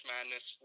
Madness